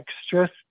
extra